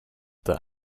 that